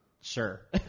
sure